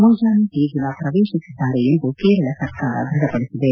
ಮುಂಜಾನೆ ದೇಗುಲ ಪ್ರವೇಶಿಸಿದ್ದಾರೆ ಎಂದು ಕೇರಳ ಸರ್ಕಾರ ದೃಢಪಡಿಸಿದೆ